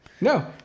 No